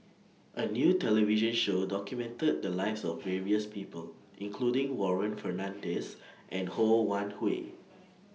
A New television Show documented The Lives of various People including Warren Fernandez and Ho Wan Hui